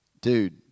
dude